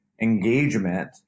engagement